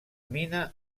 mina